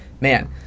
man